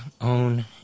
own